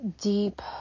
deep